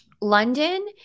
London